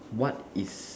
what is